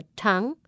tongue